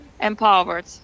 empowered